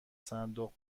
صندوق